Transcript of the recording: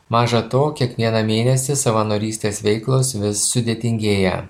maža to kiekvieną mėnesį savanorystės veiklos vis sudėtingėja